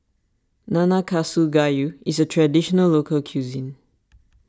Nanakusa Gayu is a Traditional Local Cuisine